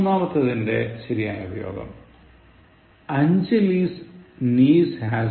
മൂന്നത്തെതിന്റെ ശരിയായ ഉപയോഗം Anjali's niece has grown